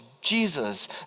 Jesus